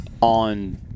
on